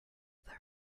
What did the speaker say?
there